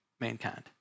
mankind